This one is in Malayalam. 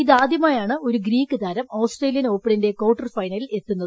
ഇതാദ്യമായാണ് ഒരു ്ഗ്ഗീക്ക് താരം ഓസ്ട്രേലിയൻ ഓപ്പണിന്റെ കാർട്ടർ ഫൈനലിൽ എത്തുന്നത്